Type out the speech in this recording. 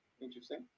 Interesting